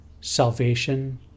salvation